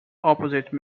opposite